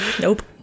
Nope